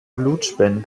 blutspenden